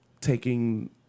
taking